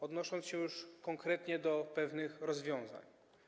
Odnoszę się już konkretnie do pewnych rozwiązań.